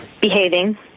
behaving